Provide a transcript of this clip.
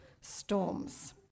storms